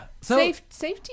Safety